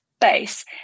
base